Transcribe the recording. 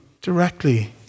directly